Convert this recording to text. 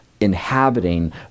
inhabiting